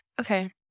Okay